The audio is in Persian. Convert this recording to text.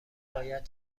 باید